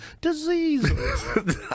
diseases